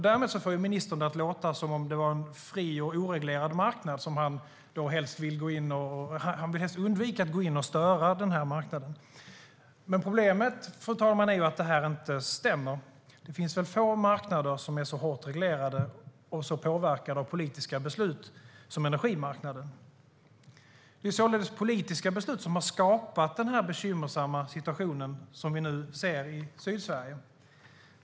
Därmed får ministern det att låta som om det är en fri och oreglerad marknad där han helst vill undvika att gå in och störa. Men problemet, fru talman, är att det inte stämmer. Det finns få marknader som är så hårt reglerade och påverkade av politiska beslut som energimarknaden. Det är således politiska beslut som har skapat den bekymmersamma situation vi nu ser i Sydsverige.